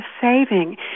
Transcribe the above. saving